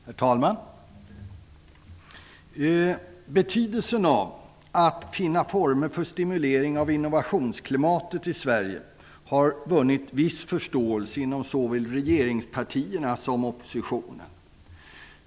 Herr talman! Betydelsen av att finna former för stimulering av innovationer i Sverige har vunnit viss förståelse inom såväl regeringspartierna som oppositionen.